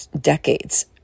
decades